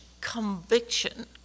conviction